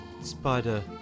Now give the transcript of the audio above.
spider